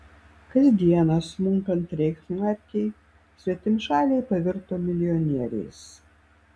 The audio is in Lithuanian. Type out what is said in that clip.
kasdieną smunkant reichsmarkei svetimšaliai pavirto milijonieriais